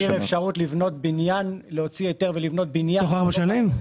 תהיה אפשרות להוציא היתר ולבנות בניין בארבע שנים?